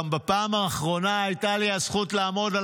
גם בפעם האחרונה הייתה לי הזכות לעמוד על